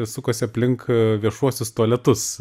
sukosi aplink viešuosius tualetus